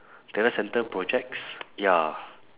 data centre projects ya